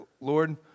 Lord